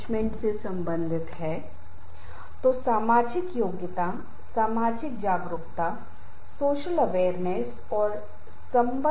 हमें संघर्ष से बचना है तो संघर्ष का प्रबंधन या समाधान करने का सबसे अच्छा तरीका क्या होना चाहिए